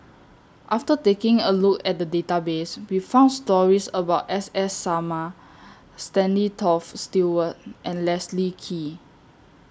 after taking A Look At The Database We found stories about S S Sarma Stanley Toft Stewart and Leslie Kee